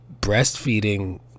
breastfeeding